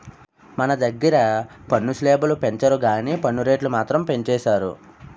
మన దగ్గిర పన్ను స్లేబులు పెంచరు గానీ పన్ను రేట్లు మాత్రం పెంచేసారు